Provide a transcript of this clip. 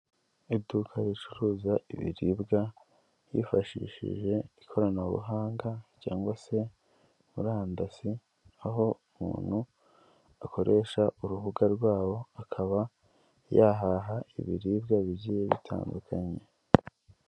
Iduka ricuruza ibiribwa hifashishijwe ikoranabuhanga cyangwa se murandasi, aho umuntu akoresha urubuga rwabo akaba yahaha ibiribwa bigiye bitandukanye.